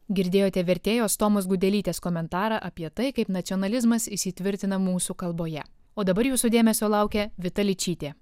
girdėjote vertėjos tomos gudelytės komentarą apie tai kaip nacionalizmas įsitvirtina mūsų kalboje o dabar jūsų dėmesio laukia vita ličytė